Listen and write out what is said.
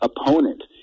opponent